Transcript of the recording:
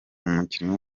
umukinnyi